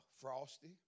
Frosty